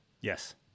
Yes